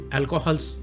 alcohols